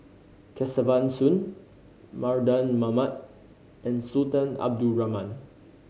Kesavan Soon Mardan Mamat and Sultan Abdul Rahman